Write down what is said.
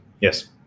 Yes